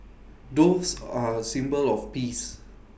doves are A symbol of peace